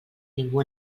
ningú